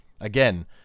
Again